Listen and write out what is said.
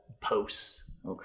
posts